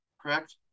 Correct